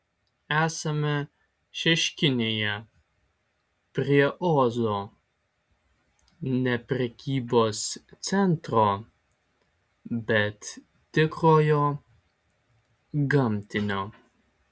esame šeškinėje prie ozo ne prekybos centro bet tikrojo gamtinio